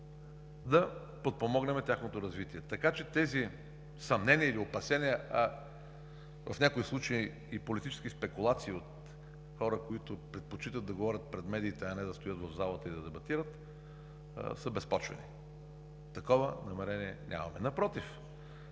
да подпомогнем тяхното развитие, така че тези съмнения или опасения – в някои случаи и политически спекулации от хора, които предпочитат да говорят пред медиите, а не да стоят в залата и да дебатират, са безпочвени. Такова намерение нямаме! Напротив,